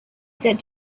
said